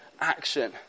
action